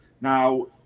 Now